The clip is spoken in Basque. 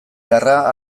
beharra